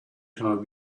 time